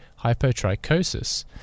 hypotrichosis